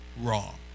wrong